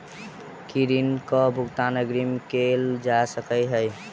की ऋण कऽ भुगतान अग्रिम मे कैल जा सकै हय?